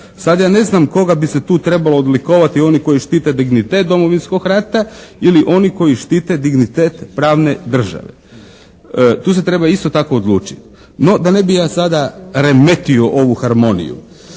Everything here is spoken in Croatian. Sad ja ne znam koga bi se tu trebalo odlikovati, oni koji štite dignitet Domovinskog rata ili oni koji štite dignitet pravne države? Tu se treba isto tako odlučiti. No da ne bi ja sada remetio ovu harmoniju